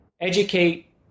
educate